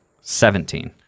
seventeen